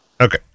Okay